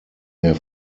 mehr